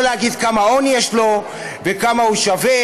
לא להגיד כמה הון יש לו וכמה הוא שווה,